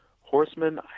Horsemen